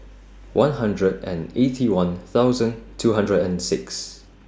one hundred and Eighty One thosuand two hundred and six